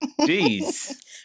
Jeez